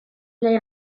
neu